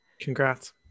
Congrats